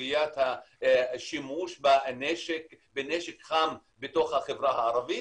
סוגיית השימוש בנשק חם בתוך החברה הערבית.